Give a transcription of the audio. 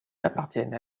appartiennent